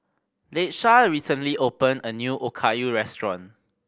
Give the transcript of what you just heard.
Latesha recently opened a new Okayu Restaurant